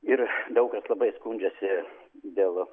ir daug kas labai skundžiasi dėl